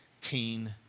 teen